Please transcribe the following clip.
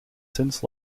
since